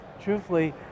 truthfully